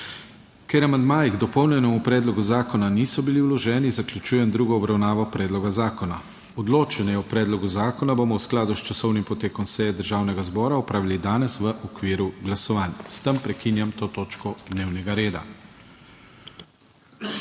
Ker amandmaji k dopolnjenemu predlogu zakona niso bili vloženi, zaključujem drugo obravnavo predloga zakona. Odločanje o predlogu zakona bomo v skladu s časovnim potekom seje Državnega zbora opravili danes v okviru glasovanj. S tem prekinjam to točko dnevnega reda.